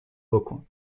بکن